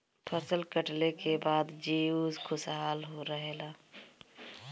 फसल कटले के बाद जीउ खुशहाल रहेला